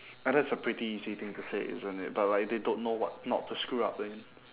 uh that's a pretty easy thing to say isn't it but like they don't know what not to screw up in